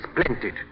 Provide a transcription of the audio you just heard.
splendid